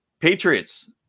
Patriots